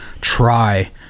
try